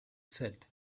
said